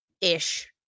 ish